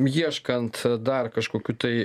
ieškant dar kažkokių tai